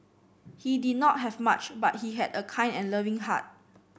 he did not have much but he had a kind and loving heart